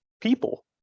people